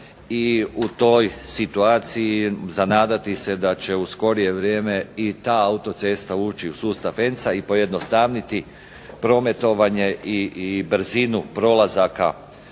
u toj situaciji za nadati se je da će u skorije vrijeme i ta autocesta ući u sustav ENC-a i pojednostaviti prometovanje i brzinu prolazaka